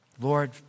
Lord